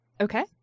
Okay